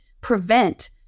prevent